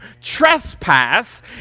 trespass